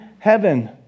heaven